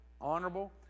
Honorable